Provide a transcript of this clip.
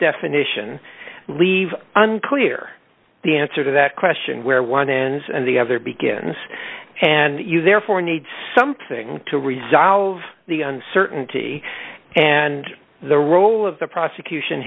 definition leave unclear the answer to that question where one ends and the other begins and you therefore need something to resolve the uncertainty and the role of the prosecution